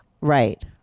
Right